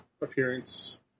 appearance